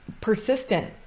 persistent